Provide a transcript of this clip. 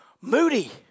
moody